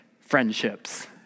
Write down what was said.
friendships